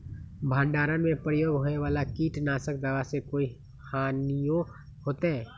भंडारण में प्रयोग होए वाला किट नाशक दवा से कोई हानियों होतै?